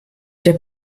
der